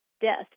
death